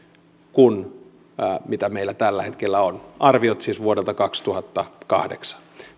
kuin mitä meillä tällä hetkellä on arviot siis vuodelta kaksituhattakahdeksan